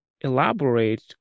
elaborate